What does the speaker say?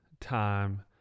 time